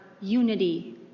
unity